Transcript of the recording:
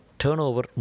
turnover